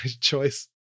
choice